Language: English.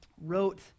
wrote